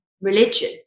religion